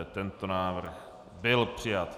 Tento návrh byl přijat.